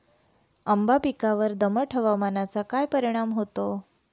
आंबा पिकावर दमट हवामानाचा काय परिणाम होतो?